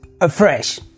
afresh